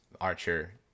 archer